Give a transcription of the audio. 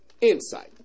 Insight